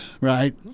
right